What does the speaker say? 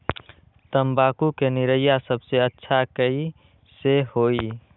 तम्बाकू के निरैया सबसे अच्छा कई से होई?